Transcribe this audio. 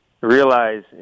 realize